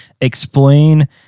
explain